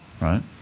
right